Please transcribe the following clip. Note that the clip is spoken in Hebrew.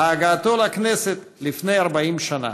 והגעתו לכנסת, לפני 40 שנה.